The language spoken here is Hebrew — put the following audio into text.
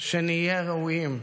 שנהיה ראויים.